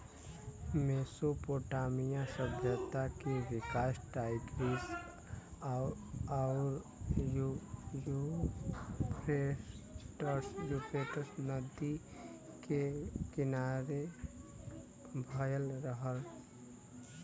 Mesopotamia सभ्यता के विकास टाईग्रीस आउर यूफ्रेटस नदी के किनारे भयल रहल